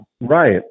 Right